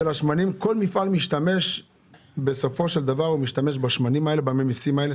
כל מפעל משתמש בסופו של דבר בממיסים האלה,